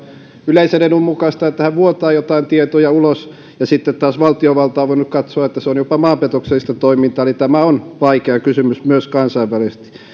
yleisen edun mukaista että hän vuotaa jotain tietoja ulos ja sitten taas valtiovalta on voinut katsoa että se on jopa maanpetoksellista toimintaa eli tämä on vaikea kysymys myös kansainvälisesti